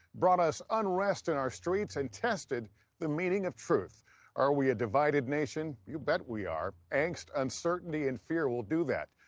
brought us unrest in our streets and tested the meaning of truth are we a divided nation you bet we are angst, uncertainty and fear will do that.